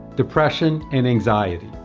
depression and anxiety.